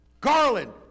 Garland